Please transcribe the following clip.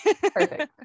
Perfect